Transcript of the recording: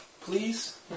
Please